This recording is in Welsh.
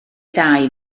ddau